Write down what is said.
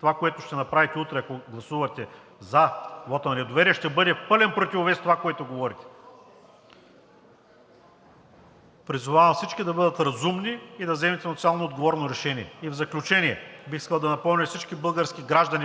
Това, което ще направите утре, ако гласувате за вота на недоверие, ще бъде в пълен противовес на това, което говорите. Призовавам всички да бъдат разумни и да вземете национално отговорно решение. И в заключение, бих искал да напомня,